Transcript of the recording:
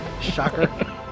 Shocker